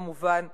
כמובן,